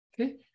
Okay